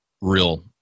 real